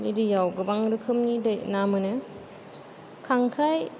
बे दैआव गोबां रोखोमनि दै ना मोनो खांख्राय